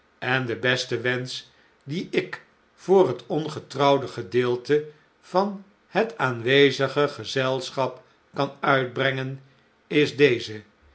en de beste wensch dien ik voor het ongetrouwde gedeelte van het aan wezige gezelschap kan uitbrengen is deze